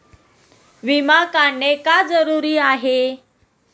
विमा काढणे का जरुरी आहे?